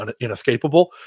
inescapable